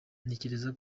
ntekereza